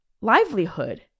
livelihood